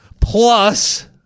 Plus